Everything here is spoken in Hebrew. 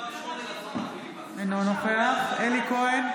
אינו נוכח אלי כהן,